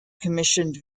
commissioned